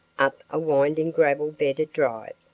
up a winding gravel-bedded drive,